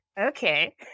okay